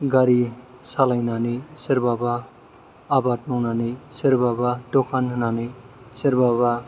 गारि सालायनानै सोरबा बा आबाद मावनानै सोरबा बा दखान होनानै सोरबा बा